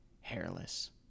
hairless